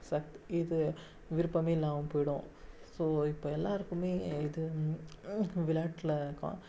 சத் இது விருப்பமே இல்லாமல் போய்விடும் ஸோ இப்போ எல்லாேருக்குமே எதுவும் விளையாட்டில் கா